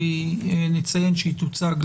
היא תוצג לממשלה.